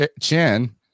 Chin